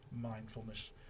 mindfulness